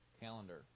calendar